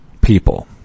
people